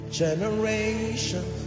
generations